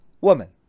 woman